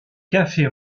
cafés